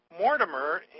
Mortimer